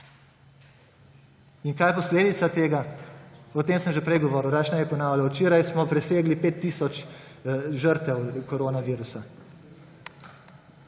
In kaj je posledica tega? O tem sem že prej govoril, raje ne bi ponavljal, včeraj smo presegli 5 tisoč žrtev koronavirusa.